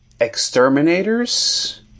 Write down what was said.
Exterminators